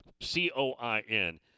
C-O-I-N